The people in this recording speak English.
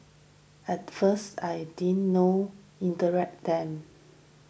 at first I didn't know interact them